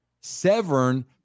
Severn